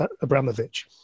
Abramovich